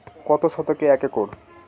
কত শতকে এক একর?